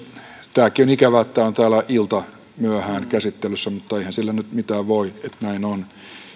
tämäkin on ikävää että tämä on täällä iltamyöhään käsittelyssä mutta eihän sille nyt mitään voi että näin on